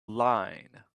line